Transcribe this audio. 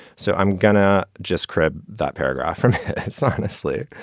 so i'm gonna just grab that paragraph from its honestly,